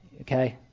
Okay